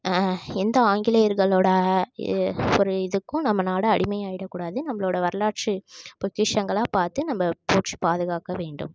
எந்த ஆங்கிலேயர்களோடய இ ஒரு இதுக்கும் நம்ம நாடு அடிமையாகிடக்கூடாது நம்பளோடய வரலாற்று பொக்கிஷங்களாம் பார்த்து நம்ப போற்றி பாதுகாக்க வேண்டும்